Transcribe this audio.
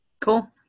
Cool